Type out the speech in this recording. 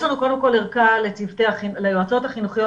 יש לנו קודם כל ערכה ליועצות החינוכיות,